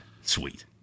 sweet